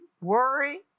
worry